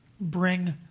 bring